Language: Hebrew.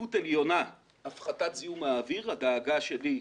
עדיפות עליונה, הפחתת זיהום האוויר, הדאגה שלנו,